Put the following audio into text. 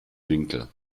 winkel